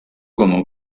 como